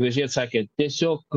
gražiai atsakė tiesiog